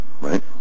Right